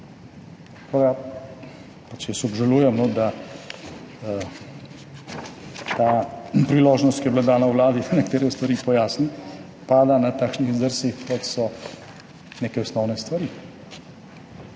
Tako da jaz obžalujem, da ta priložnost, ki je bila dana Vladi, da nekatere stvari pojasni, pada na takšnih zdrsih, kot so neke osnovne stvari.